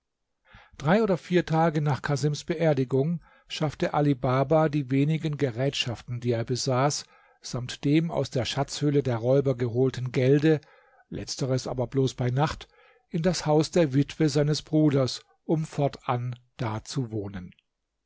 drei und vier tage nach casims beerdigung schaffte ali baba die wenigen gerätschaften die er besaß samt dem aus der schatzhöhle der räuber geholten gelde letzteres aber bloß bei nacht in das haus der witwe seines bruders um fortan da zu wohnen